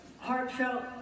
heartfelt